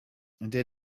der